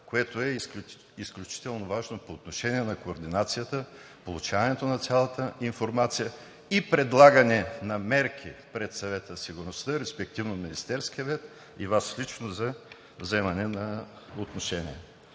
което е изключително важно по отношение на координацията, получаването на цялата информация и предлагане на мерки пред Съвета за сигурността, респективно Министерския съвет и Вас лично за заемане на отношение.